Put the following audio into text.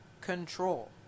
control